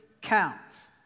counts